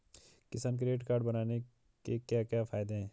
किसान credit card बनाने के क्या क्या फायदे हैं?